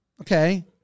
Okay